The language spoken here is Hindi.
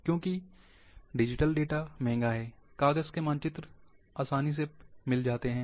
क्योंकि डिजिटल डेटा महंगा है कागज के मानचित्र आसान हैं